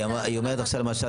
אוקיי, היא אומרת עכשיו למשל